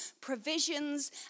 provisions